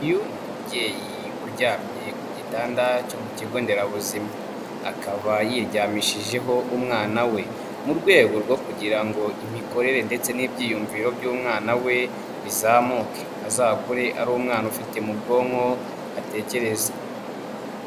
Uyu ni umubyeyi uryamye ku gitanda cyo mu kigonderabuzima. Akaba yaryamishijeho umwana we mu rwego rwo kugira imikorere ndetse n'ibyiyumviro by'umwana we, bizamuke azakure ari umwana ufite mu bwonko hatekereza.